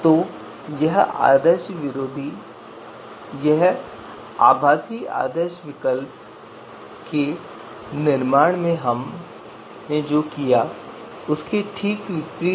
तो यह आभासी आदर्श विकल्प के निर्माण में हमने जो किया उसके ठीक विपरीत है